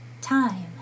Time